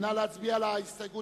ל-139(19)